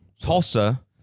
Tulsa